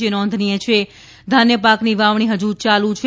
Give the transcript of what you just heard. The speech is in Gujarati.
જે નોંધનીય છે ધાન્યપાકની વાવણી હજુ ચાલુ છે